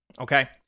Okay